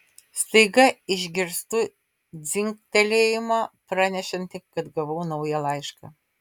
staiga išgirstu dzingtelėjimą pranešantį kad gavau naują laišką